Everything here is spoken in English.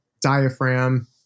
diaphragm